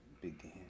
began